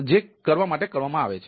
જે કરવા માટે કરવામાં આવે છે